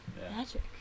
Magic